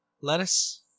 Lettuce